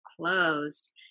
closed